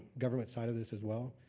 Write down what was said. government side of this as well.